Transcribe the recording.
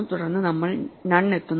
തുടർന്ന് നമ്മൾ നൺ എത്തുന്നു